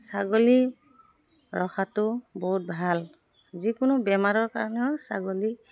ছাগলী ৰখাটো বহুত ভাল যিকোনো বেমাৰৰ কাৰণেও ছাগলী